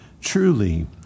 truly